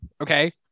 Okay